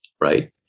right